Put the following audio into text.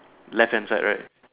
left hand side right